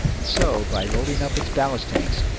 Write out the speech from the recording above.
and so, by loading up its ballast tanks,